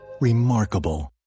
Remarkable